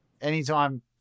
Anytime